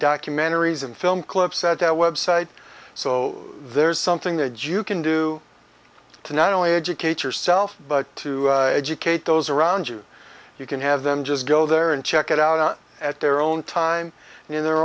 documentaries and film clips at our website so there's something the jew can do to not only educate yourself but to educate those around you you can have them just go there and check it out at their own time in their